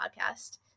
podcast